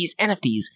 NFTs